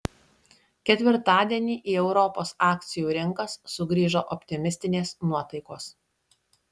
ketvirtadienį į europos akcijų rinkas sugrįžo optimistinės nuotaikos